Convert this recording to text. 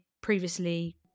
previously